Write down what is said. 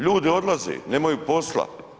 Ljudi odlaze, nemaju posla.